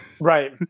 Right